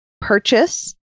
purchase